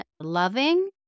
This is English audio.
loving